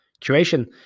curation